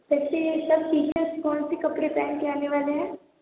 बच्चे एक साथ टीशर्ट कौन से कपड़े पहन के आने वाले हैं